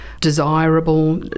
desirable